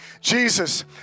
Jesus